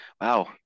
Wow